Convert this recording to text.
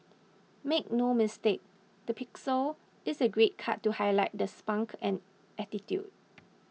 make no mistake the pixel is a great cut to highlight the spunk and attitude